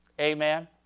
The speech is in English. Amen